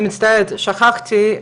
אני מצטערת, שכחתי.